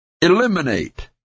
eliminate